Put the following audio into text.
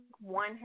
one